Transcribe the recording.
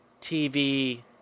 TV